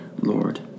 Lord